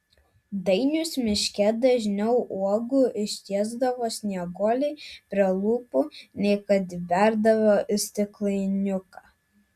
dainius miške dažniau uogų ištiesdavo snieguolei prie lūpų nei kad įberdavo į stiklainiuką